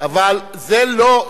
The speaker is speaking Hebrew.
אבל זה לא,